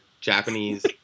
Japanese